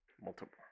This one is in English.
Multiple